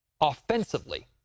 offensively